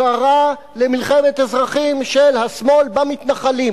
קרא למלחמת אזרחים של השמאל במתנחלים